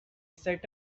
set